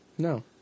No